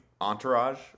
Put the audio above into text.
Entourage